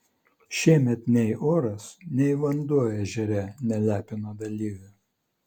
šiemet nei oras nei vanduo ežere nelepino dalyvių